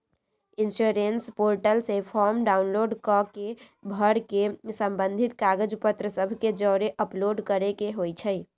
insurance portal से form download कऽ के भर के संबंधित कागज पत्र सभ के जौरे अपलोड करेके होइ छइ